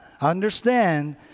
understand